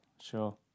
Sure